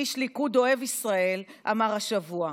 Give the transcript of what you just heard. איש ליכוד, אוהב ישראל, אמר השבוע: